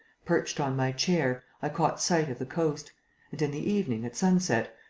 perched on my chair, i caught sight of the coast and, in the evening, at sunset,